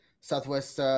southwest